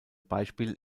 beispiel